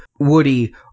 Woody